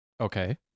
Okay